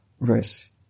verse